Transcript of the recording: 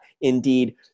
Indeed